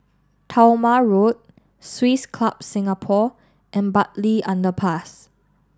Talma Road Swiss Club Singapore and Bartley Underpass